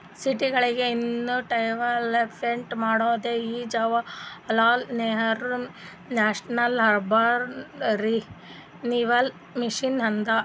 ಸಿಟಿಗೊಳಿಗ ಇನ್ನಾ ಡೆವಲಪ್ಮೆಂಟ್ ಮಾಡೋದೇ ಈ Jawaharlal Nehru national urban renewal mission ಅದಾ